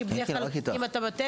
כן, כן, בטח.